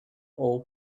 old